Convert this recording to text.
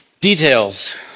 Details